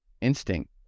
instinct